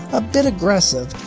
a bit aggressive,